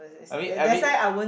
I mean I mean